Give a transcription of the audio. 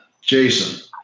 Jason